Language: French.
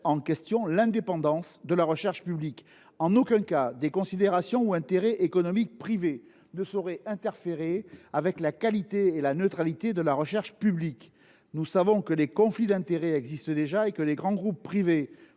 en question l’indépendance de la recherche publique. En aucun cas des considérations ou intérêts économiques privés ne doivent interférer avec la qualité et la neutralité de cette dernière. Nous savons que les conflits d’intérêts existent déjà et que les grands groupes privés